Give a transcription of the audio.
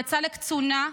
יצא לקצונה,